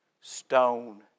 stone